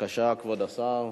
כבוד השר,